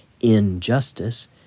injustice